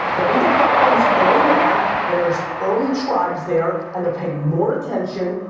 going to platforms early on when there's early tribes there and they're paying more attention,